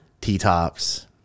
T-tops